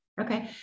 Okay